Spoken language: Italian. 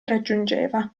raggiungeva